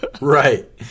right